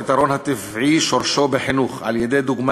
הפתרון הטבעי שורשו בחינוך על-ידי דוגמה